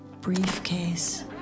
briefcase